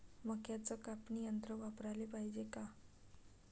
मक्क्याचं कापनी यंत्र वापराले पायजे का?